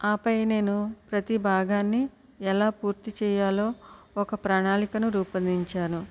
ఆపై నేను ప్రతి భాగాన్ని ఎలా పూర్తి చేయాలో ఒక ప్రణాళికను రూపొందించాను